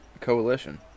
coalition